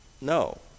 No